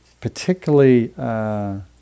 particularly